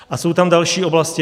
A jsou tam další oblasti.